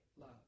love